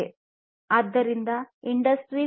ಆದ್ದರಿಂದ ಇಂಡಸ್ಟ್ರಿ 4